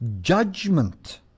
judgment